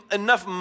enough